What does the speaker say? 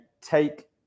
take